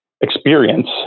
experience